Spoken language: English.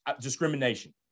discrimination